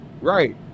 Right